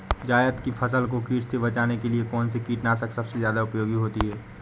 जायद की फसल को कीट से बचाने के लिए कौन से कीटनाशक सबसे ज्यादा उपयोगी होती है?